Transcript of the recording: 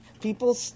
People